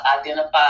identify